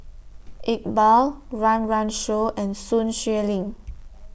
Iqbal Run Run Shaw and Sun Xueling